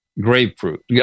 grapefruit